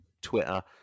twitter